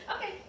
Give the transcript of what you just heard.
Okay